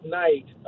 night